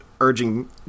urging